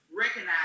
Recognize